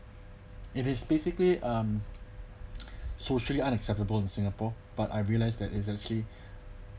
it is basically um socially unacceptable in singapore but I realise that is actually